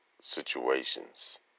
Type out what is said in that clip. situations